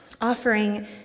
offering